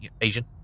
Asian